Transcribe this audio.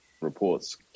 reports